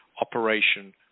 operation